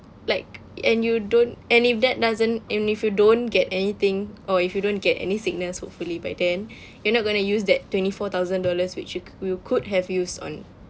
like and you don't and if that doesn't and if you don't get anything or if you don't get any sickness hopefully by then you're not gonna use that twenty four thousand dollars which you cou~ you could have used on